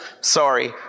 Sorry